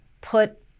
put